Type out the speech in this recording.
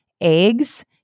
eggs